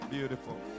Beautiful